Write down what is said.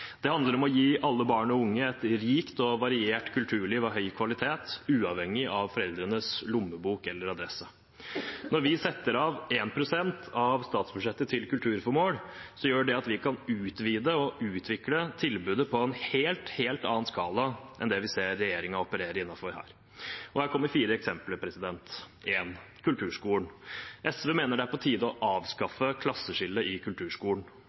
Det handler om å gi alle barn og unge et rikt og variert kulturliv av høy kvalitet uavhengig av foreldrenes lommebok eller adresse. Når vi setter av 1 pst. av statsbudsjettet til kulturformål, gjør det at vi kan utvide og utvikle tilbudet i en helt, helt annen skala enn det vi ser regjeringen opererer innenfor her. Her kommer fire eksempler: Det første er kulturskolen. SV mener det er på tide å avskaffe klasseskillet i kulturskolen,